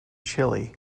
chile